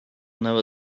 never